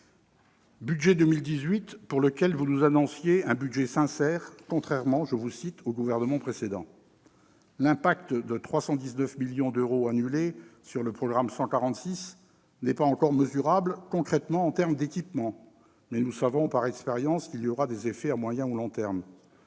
Budget 2018 pour lequel vous nous annonciez « un budget sincère, contrairement », je vous cite, « aux gouvernements précédents ». L'impact de 319 millions d'euros annulés sur le programme 146 n'est pas encore mesurable concrètement en termes d'équipements, mais nous savons, par expérience, qu'il y aura des effets à moyen ou long terme.